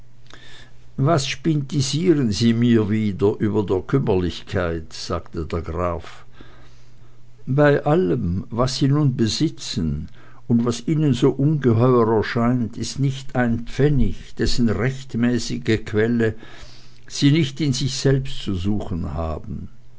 was spintisieren sie mir wieder über der kümmerlichkeit sagte der graf bei allem was sie nun besitzen und was ihnen so ungeheuer erscheint ist nicht ein pfennig dessen rechtmäßige quelle sie nicht in sich selbst zu suchen haben